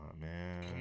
man